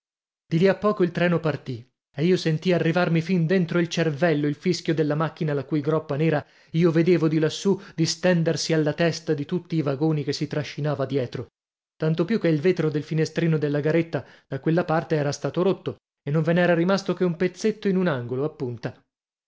di lì a poco il treno partì e io sentii arrivarmi fin dentro il cervello il fischio della macchina la cui groppa nera io vedevo di lassù distendersi alla testa di tutti i vagoni che si trascinava dietro tanto più che il vetro del finestrino della garetta da quella parte era stato rotto e non ve n'era rimasto che un pezzetto in un angolo a punta